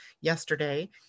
yesterday